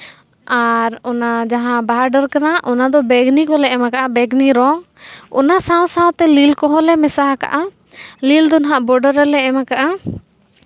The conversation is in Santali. ᱟᱨ ᱚᱱᱟ ᱡᱟᱦᱟᱸ ᱵᱟᱦᱟ ᱰᱟᱹᱨ ᱠᱟᱱᱟ ᱚᱱᱟᱫᱚ ᱵᱮᱜᱽᱱᱤ ᱠᱚᱞᱮ ᱮᱢ ᱠᱟᱜᱼᱟ ᱵᱮᱜᱽᱱᱤ ᱨᱚᱝ ᱚᱱᱟ ᱥᱟᱶ ᱥᱟᱶᱛᱮ ᱞᱤᱞ ᱨᱚᱝ ᱠᱚᱦᱚᱸᱞᱮ ᱢᱮᱥᱟ ᱠᱟᱜᱼᱟ ᱞᱤᱞ ᱫᱚ ᱦᱟᱸᱜ ᱵᱚᱰᱟᱨ ᱨᱮᱞᱮ ᱮᱢ ᱠᱟᱜᱼᱟ